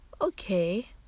okay